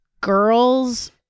girls